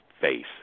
face